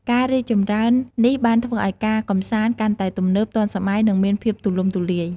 ការរីកចម្រើននេះបានធ្វើឱ្យការកម្សាន្តកាន់តែទំនើប ទាន់សម័យ និងមានភាពទូលំទូលាយ។